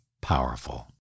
powerful